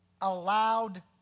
allowed